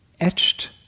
etched